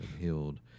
healed